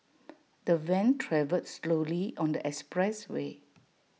the van travelled slowly on the expressway